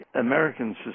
American